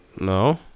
No